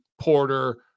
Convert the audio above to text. Porter